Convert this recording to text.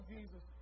Jesus